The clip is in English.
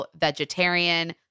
vegetarian